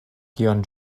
kion